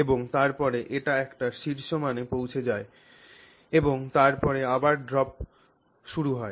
এবং তারপরে এটি একটি শীর্ষ মানে পৌঁছে যায় এবং তারপরে আবার ড্রপ শুরু হয়